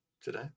today